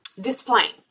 displaying